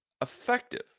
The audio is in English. effective